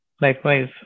Likewise